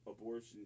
abortion